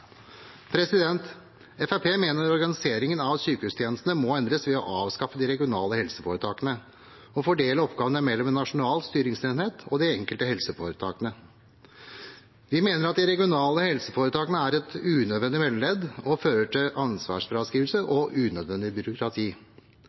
mener organiseringen av sykehusgrensene må endres ved å avskaffe de regionale helseforetakene og fordele oppgavene mellom en nasjonal styringsenhet og de enkelte helseforetakene. Vi mener de regionale helseforetakene er et unødvendig mellomledd og fører til ansvarsfraskrivelse